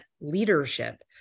leadership